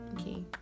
okay